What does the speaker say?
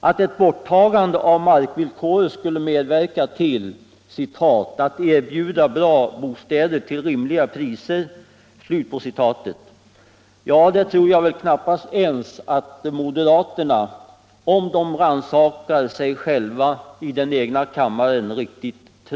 Att ett borttagande av markvillkoret skulle medverka till ”att erbjuda bra bostäder till rimliga priser”, ja, det tror väl inte ens moderaterna riktigt på, om de rannsakar sig själva i den egna kammaren.